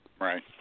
Right